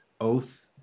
oath